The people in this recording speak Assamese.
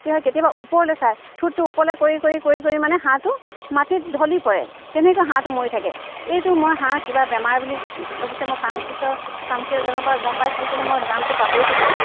কি হয় কেতিয়াবা ওপৰলৈ চায় ঠোঁটটো ওপৰলৈ কৰি কৰি কৰি কৰি মানে হাঁহটো মাটিত ঢলি পৰে তেনেকৈ হাঁহটো মৰি থাকে এইটো মই হাঁহ কিবা বেমাৰ বুলি অৱশ্যে মই ফাৰ্মাচিচৰ ফাৰ্মাচিয়াৰজনৰ পৰা গম পাইছিলোঁ কিন্তু মই নামটো পাহৰি থাকিলোঁ